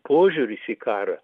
požiūris į karą